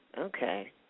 Okay